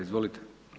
Izvolite.